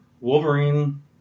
Wolverine